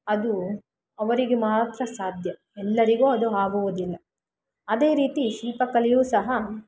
ಅದು ಅವರಿಗೆ ಮಾತ್ರ ಸಾಧ್ಯ ಎಲ್ಲರಿಗೂ ಅದು ಹಾಗುವುದಿಲ್ಲ ಅದೇ ರೀತಿ ಶಿಲ್ಪಕಲೆಯು ಸಹ